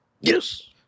yes